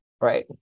Right